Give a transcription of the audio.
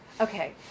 Okay